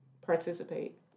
participate